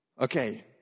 Okay